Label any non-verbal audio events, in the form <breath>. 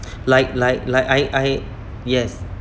<noise> <breath> like like like I I yes